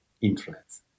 influence